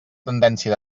tendència